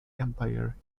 empire